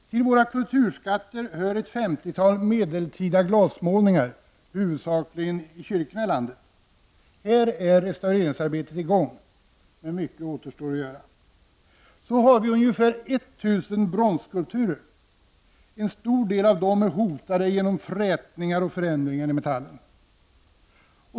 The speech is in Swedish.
Till våra kulturskatter hör ett femtiotal medeltida glasmålningar, huvudsakligen i kyrkorna i landet. Här är restaureringsarbetet i gång, men mycket återstår att göra. Då har vi ungefär 1 000 bronsskulpturer. En stor del av dem är hotade genom frätningar och förändringar i metallen.